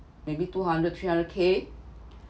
maybe two hundred three hundred K